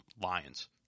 Lions